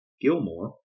Gilmore